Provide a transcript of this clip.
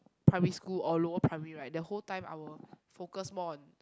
primary school or lower primary right the whole time I will focus more on